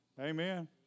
Amen